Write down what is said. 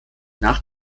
nach